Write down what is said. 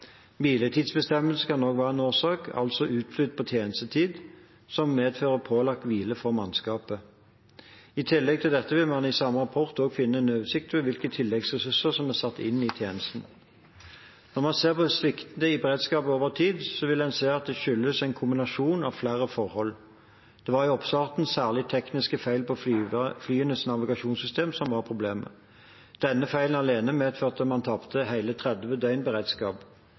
Hviletidsbestemmelser kan også være en årsak, altså «utflydd på tjenestetid», som medfører pålagt hvile for mannskapet. I tillegg til dette vil man i samme rapport også finne en oversikt over hvilke tilleggsressurser som er satt inn i tjenesten. Når man ser på svikten i beredskapen over tid, vil en se at den skyldes en kombinasjon av flere forhold. Det var i oppstarten særlig tekniske feil på flyenes navigasjonssystem som var problemet. Denne feilen alene medførte at man tapte hele 30